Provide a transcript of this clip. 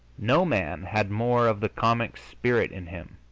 no man had more of the comic spirit in him